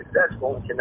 successful